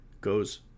goes